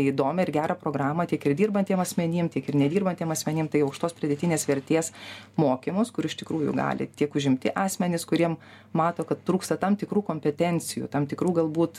įdomią ir gerą programą tiek ir dirbantiem asmenim tiek ir nedirbantiem asmenim tai aukštos pridėtinės vertės mokymus kur iš tikrųjų gali tiek užimti asmenys kuriem mato kad trūksta tam tikrų kompetencijų tam tikrų galbūt